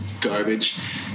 garbage